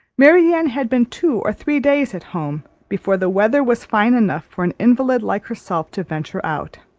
marianne had been two or three days at home, before the weather was fine enough for an invalid like herself to venture out.